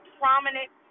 prominent